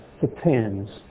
depends